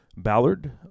Ballard